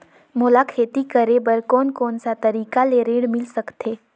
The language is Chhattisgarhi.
मोला खेती करे बर कोन कोन सा तरीका ले ऋण मिल सकथे?